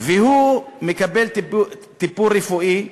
והוא מקבל טיפול רפואי,